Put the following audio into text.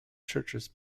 churches